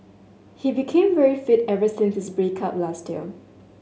he became very fit ever since his break up last year